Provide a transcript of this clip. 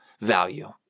value